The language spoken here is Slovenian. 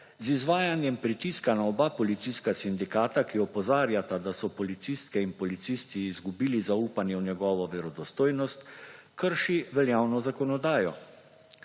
z izvajanjem pritiska na oba policijska sindikata, ki opozarjata, da so policistke in policisti izgubili zaupanje v njegovo verodostojnost, krši veljavno zakonodajo.